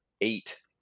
eight